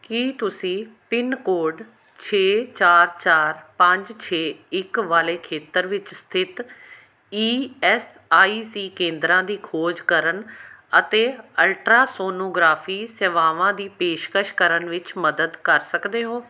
ਕੀ ਤੁਸੀਂ pin code ਛੇ ਚਾਰ ਚਾਰ ਪੰਜ ਛੇ ਇਕ ਵਾਲੇ ਖੇਤਰ ਵਿੱਚ ਸਥਿਤ ਈ ਐਸ ਆਈ ਸੀ ਕੇਂਦਰਾਂ ਦੀ ਖੋਜ ਕਰਨ ਅਤੇ ਅਲਟਰਾਸੋਨੋਗ੍ਰਾਫੀ ਸੇਵਾਵਾਂ ਦੀ ਪੇਸ਼ਕਸ਼ ਕਰਨ ਵਿੱਚ ਮਦਦ ਕਰ ਸਕਦੇ ਹੋ